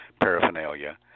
paraphernalia